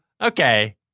okay